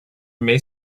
may